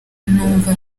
numva